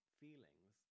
feelings